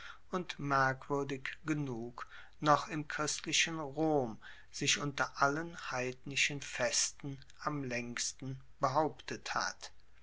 und merkwuerdig genug noch im christlichen rom sich unter allen heidnischen festen am laengsten behauptet hat